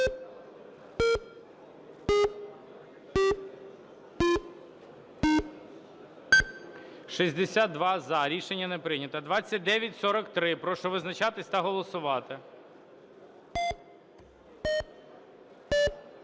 За-72 Рішення не прийнято. І 3086. Прошу визначатись та голосувати.